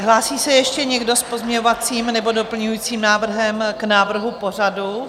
Hlásí se ještě někdo s pozměňovacím nebo doplňujícím návrhem k návrhu pořadu?